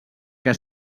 que